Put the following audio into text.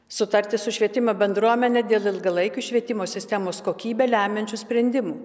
sutartį su švietimo bendruomene dėl ilgalaikių švietimo sistemos kokybę lemiančių sprendimų